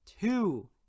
two